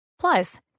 Plus